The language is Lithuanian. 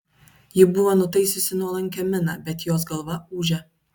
ji buvo nutaisiusi nuolankią miną bet jos galva ūžė